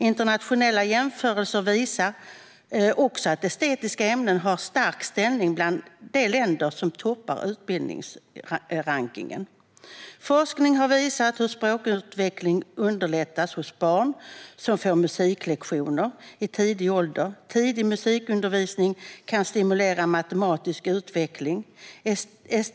Internationella jämförelser visar också att estetiska ämnen har en stark ställning i de länder som toppar utbildningsrankningen. Forskning har visat hur språkutveckling underlättas hos barn som får musiklektioner i tidig ålder. Tidig musikundervisning kan stimulera matematisk utveckling.